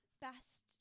best